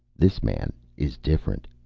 this man is different.